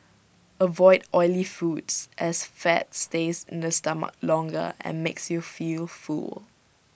avoid oily foods as fat stays in the stomach longer and makes you feel full